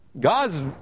God's